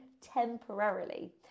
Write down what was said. temporarily